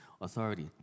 authority